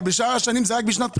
אבל בשאר השנים זה רק בשנת בחירות,